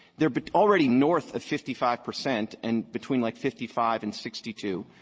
they are but already north of fifty five percent and between, like, fifty five and sixty two.